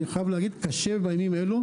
זה קשה בימים אלו.